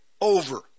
over